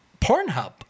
Pornhub